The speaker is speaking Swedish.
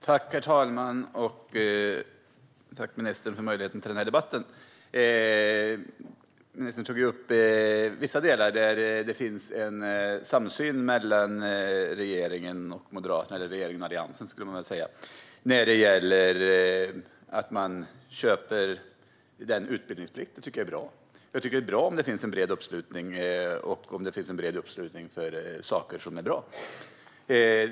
Herr talman! Tack, ministern, för möjligheten till denna debatt! Ministern tog upp vissa delar där det finns en samsyn mellan regeringen och Alliansen när det gäller att man köper utbildningsplikten. Det tycker jag är bra. Det är bra om det finns en bred uppslutning kring saker som är bra.